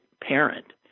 parent